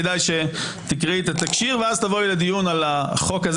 כדאי שתקראי את התקשי"ר ואז תבואי לדיון על החוק הזה